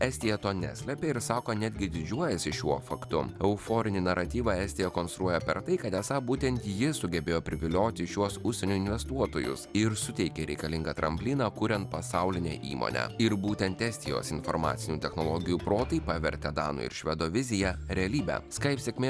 estija to neslepia ir sako netgi didžiuojasi šiuo faktu euforinį naratyvą estija konstruoja per tai kad esą būtent ji sugebėjo privilioti šiuos užsienio investuotojus ir suteikė reikalingą trampliną kuriant pasaulinę įmonę ir būtent estijos informacinių technologijų protai pavertė dano ir švedo viziją realybe skaip sėkmė